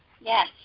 yes